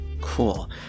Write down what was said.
Cool